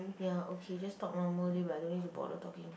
ya okay just talk normally by the way but don't need to bother talking